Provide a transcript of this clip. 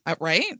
right